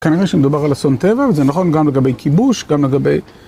כנראה שמדובר על אסון טבע, וזה נכון גם לגבי כיבוש, גם לגבי...